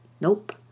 Nope